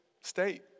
state